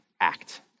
act